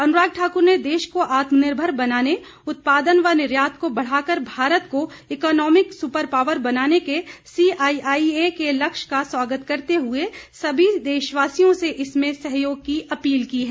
अनुराग ठाकुर ने देश को आत्मनिर्भर बनाने उत्पादन व निर्यात को बढ़ाकर भारत को इकॉनोमिक सुपर पावर बनाने के सीआईआई के लक्ष्य का स्वागत करते हुए समी देशवासियों से इसमें सहयोग की अपील की है